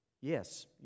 Yes